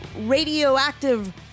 radioactive